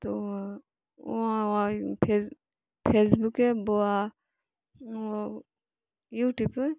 তো ও ফেস ফেসবুকে বা ও ইউটিউবে